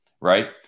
right